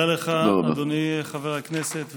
תודה לך, אדוני חבר הכנסת.